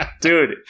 Dude